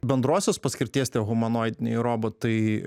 bendrosios paskirties tie humanoidiniai robotai